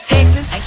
Texas